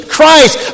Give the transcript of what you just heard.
Christ